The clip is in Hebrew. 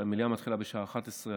שהמליאה מתחילה בשעה 11:00,